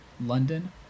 london